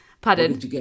Pardon